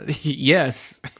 Yes